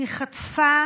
היא חטפה